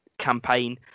campaign